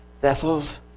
Vessels